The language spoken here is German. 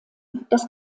das